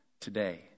today